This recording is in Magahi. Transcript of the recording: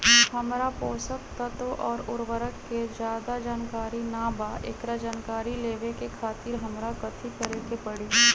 हमरा पोषक तत्व और उर्वरक के ज्यादा जानकारी ना बा एकरा जानकारी लेवे के खातिर हमरा कथी करे के पड़ी?